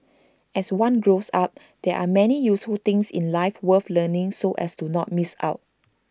as one grows up there are many useful things in life worth learning so as to not miss out